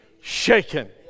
shaken